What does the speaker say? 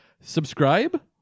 Subscribe